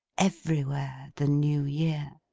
everywhere the new year!